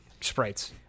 sprites